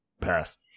Pass